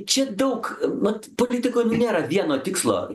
čia daug vat politikoj nu nėra vieno tikslo